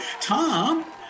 Tom